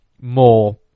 more